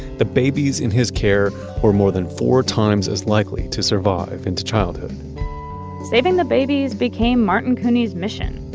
the babies in his care or more than four times as likely to survive into childhood saving the babies became martin couney's mission.